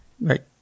right